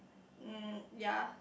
mm ya